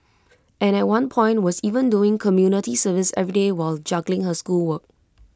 and at one point was even doing community service every day while juggling her schoolwork